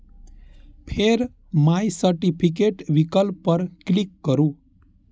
फेर my certificate विकल्प पर क्लिक करू